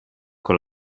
con